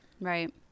Right